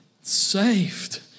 saved